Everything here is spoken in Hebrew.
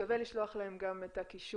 שווה לשלוח להם גם את הקישור,